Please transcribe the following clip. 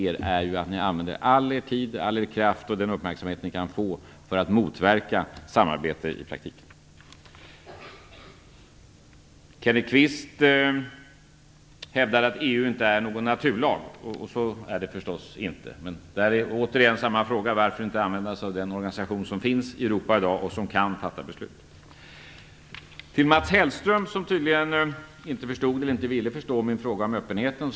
Folkpartiet, och er är ju att ni använder all er tid, kraft och den uppmärksamhet ni kan få åt att motverka samarbete i praktiken. Kenneth Kvist hävdade att EU inte är någon naturlag, och det är förstås riktigt. Men där har vi återigen samma fråga: Varför inte använda sig av den organisation som finns i Europa i dag och som kan fatta beslut? Mats Hellström förstod tydligen inte, eller ville inte förstå, min fråga om öppenheten.